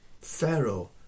Pharaoh